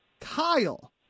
Kyle